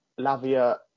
Lavia